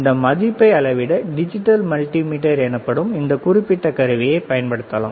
இந்த மதிப்பை அளவிட டிஜிட்டல் மல்டிமீட்டர் எனப்படும் இந்த குறிப்பிட்ட கருவியைப் பயன்படுத்தலாம்